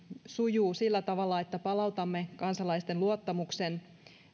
sujuu sillä tavalla että palautamme kansalaisten luottamuksen